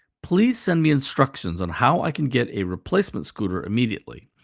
please send me instructions on how i can get a replacement scooter immediately.